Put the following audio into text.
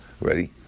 ready